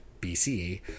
BCE